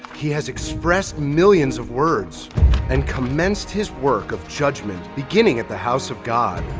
he has expressed millions of words and commenced his work of judgment beginning at the house of god,